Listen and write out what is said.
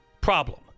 problem